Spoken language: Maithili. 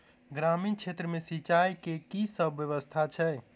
ग्रामीण क्षेत्र मे सिंचाई केँ की सब व्यवस्था छै?